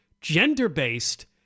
gender-based